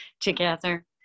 together